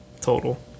total